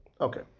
Okay